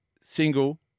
Single